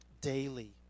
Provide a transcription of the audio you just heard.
daily